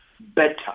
better